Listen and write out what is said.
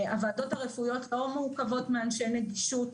הוועדות הרפואיות לא מורכבות מאנשי נגישות,